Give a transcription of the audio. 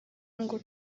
ngo